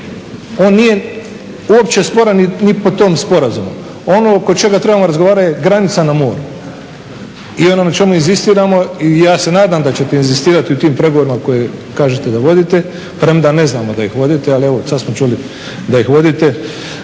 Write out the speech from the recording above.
On nije uopće sporan ni po tom sporazumu. Ono oko čega trebamo razgovarati je granica na moru i onome na čemu inzistiramo. I ja se nadam da ćete inzistirati u tim pregovorima koje kažete da vodite premda ne znamo da ih vodite ali evo sada smo čuli da ih vodite.